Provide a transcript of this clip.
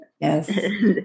Yes